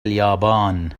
اليابان